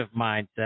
mindset